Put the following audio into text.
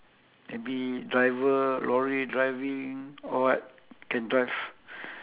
maybe driver lorry driving or what can drive